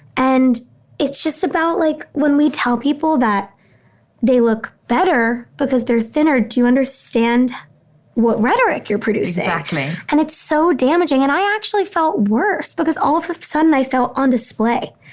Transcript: and it's just about like when we tell people that they look better because they're thinner. do you understand what rhetoric you're producing? exactly and it's so damaging. and i actually felt worse because all of the sudden i felt on display.